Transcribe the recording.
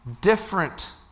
different